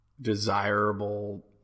desirable